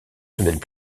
semaines